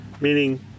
meaning